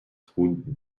route